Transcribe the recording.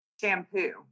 shampoo